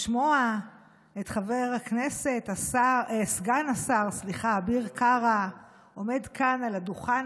לשמוע את חבר הכנסת סגן השר אביר קארה עומד כאן על הדוכן